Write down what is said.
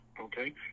Okay